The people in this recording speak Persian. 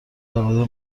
واحدهای